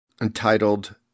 entitled